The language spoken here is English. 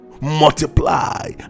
multiply